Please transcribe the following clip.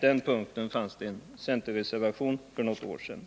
den punkten fanns det en centerreservation för något år sedan.